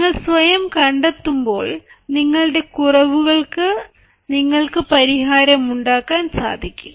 നിങ്ങൾ സ്വയം കണ്ടെത്തുമ്പോൾ നിങ്ങളുടെ കുറവുകൾക്കു നിങ്ങൾക്ക് പരിഹാരം ഉണ്ടാക്കാൻ സാധിക്കും